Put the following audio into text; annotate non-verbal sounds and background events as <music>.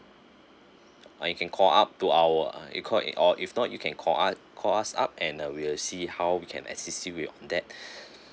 or you can call up to our uh you call it or if not you can call us call us up and uh we'll see how we can assist you with all that <breath>